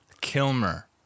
Kilmer